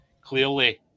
clearly